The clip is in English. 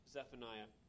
Zephaniah